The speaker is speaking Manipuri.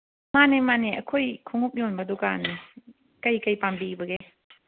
ꯃꯥꯅꯦ ꯃꯥꯅꯦ ꯑꯩꯈꯣꯏ ꯈꯣꯡꯎꯞ ꯌꯣꯟꯕ ꯗꯨꯀꯥꯟꯅꯦ ꯀꯔꯤ ꯀꯔꯤ ꯄꯥꯝꯕꯤꯕꯒꯦ